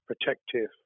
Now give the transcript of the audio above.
protective